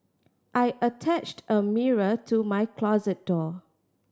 I attached a mirror to my closet door